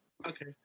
Okay